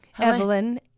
Evelyn